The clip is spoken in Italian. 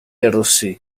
arrossì